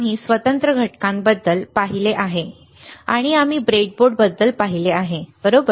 आम्ही स्वतंत्र घटकांबद्दल पाहिले आहे आणि आम्ही ब्रेडबोर्डबद्दल पाहिले आहे बरोबर